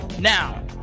Now